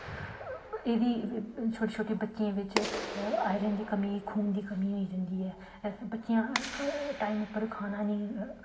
एह्दी छोटी छोटी बच्चियें बिच आयरन दी कमी खून दी कमी होई जंदी ऐ बच्चेआं टाईम पर खाना नेईं